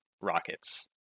rockets